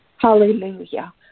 Hallelujah